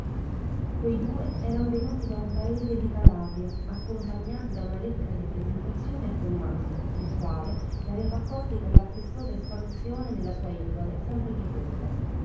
quei due eran venuti da un paese di calabria accompagnati da una lettera di presentazione a tommaso il quale li aveva accolti con la festosa espansione della sua indole sempre gioconda